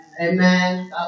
Amen